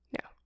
No